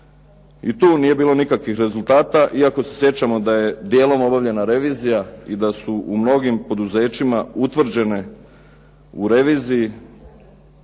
I tu nije bilo nikakvih rezultata iako se sjećamo da je djelom obavljena revizija i da su u mnogim poduzećima utvrđene u reviziji